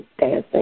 dancing